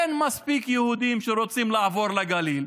אין מספיק יהודים שרוצים לעבור לגליל.